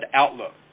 outlook